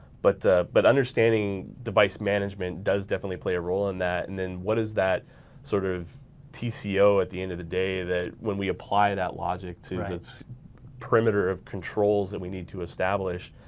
but but understanding device management does definitely play a role in that and then what is that sort of tco at the end of the day that when we apply that logic to its perimeter of controls that we need to establish.